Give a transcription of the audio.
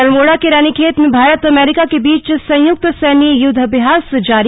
अल्मोड़ा के रानीखेत में भारत अमेरिका के बीच संयुक्त सैन्य युद्वाभ्यास जारी